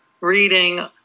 reading